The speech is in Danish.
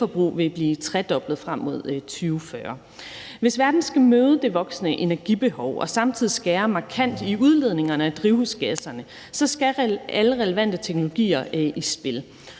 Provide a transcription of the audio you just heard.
elforbrug vil blive tredoblet frem mod 2040. Hvis verden skal møde det voksende energibehov og samtidig skære markant i udledningerne af drivhusgasser, skal alle relevante teknologier i spil.